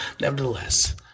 nevertheless